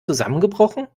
zusammengebrochen